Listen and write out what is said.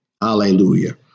Hallelujah